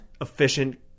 efficient